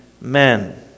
men